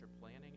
planning